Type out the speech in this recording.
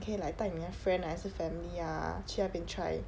可以 like 带你的 friend 还是 family ah 去那边 try